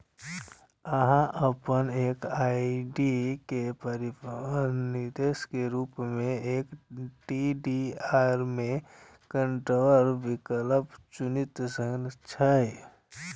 अहां अपन ई आर.डी के परिपक्वता निर्देश के रूप मे एस.टी.डी.आर मे कन्वर्ट विकल्प चुनि सकै छी